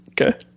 Okay